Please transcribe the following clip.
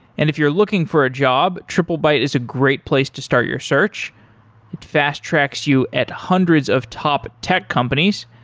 and if you're looking for a job, triplebyte is a great place to start your search. it fast tracks you at hundreds of top tech companies.